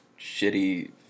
shitty